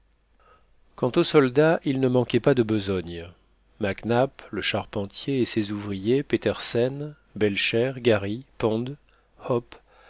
quant aux soldats ils ne manquaient pas de besogne mac nap le charpentier et ses ouvriers petersen belcher garry pond hope